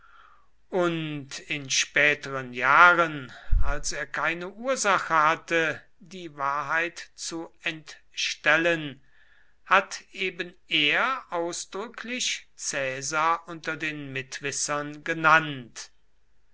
und in späteren jahren als er keine ursache hatte die wahrheit zu entstellen hat eben er ausdrücklich caesar unter den mitwissern genannt